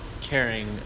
caring